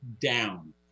down